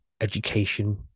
education